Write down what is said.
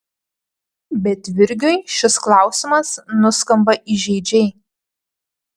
bet virgiui šis klausimas nuskamba įžeidžiai